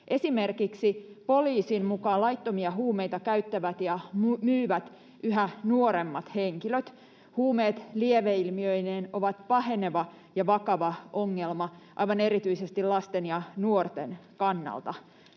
Esimerkiksi poliisin mukaan laittomia huumeita käyttävät ja myyvät yhä nuoremmat henkilöt. Huumeet lieveilmiöineen ovat paheneva ja vakava ongelma aivan erityisesti lasten ja nuorten kannalta.